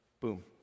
boom